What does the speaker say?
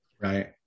Right